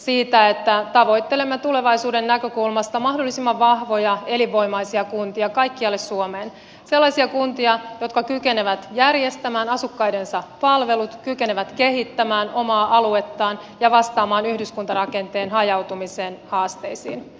siitä että tavoittelemme tulevaisuuden näkökulmasta mahdollisimman vahvoja elinvoimaisia kuntia kaikkialle suomeen sellaisia kuntia jotka kykenevät järjestämään asukkaidensa palvelut kykenevät kehittämään omaa aluettaan ja vastaamaan yhdyskuntarakenteen hajautumisen haasteisiin